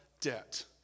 debt